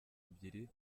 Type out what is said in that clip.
ebyiri